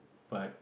but